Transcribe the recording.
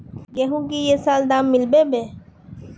गेंहू की ये साल दाम मिलबे बे?